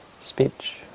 Speech